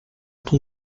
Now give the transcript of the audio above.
ton